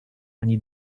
ani